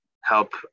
help